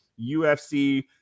UFC